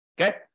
Okay